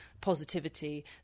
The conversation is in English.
positivity